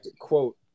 quote